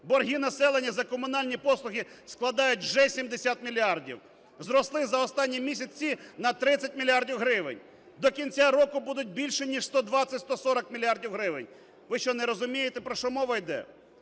Борги населення за комунальні послуги складають вже 70 мільярдів, зросли за останні місяці на 30 мільярдів гривень, до кінця року будуть більше ніж 120-140 мільярдів гривень. Ви що не розумієте, про що мова йде?!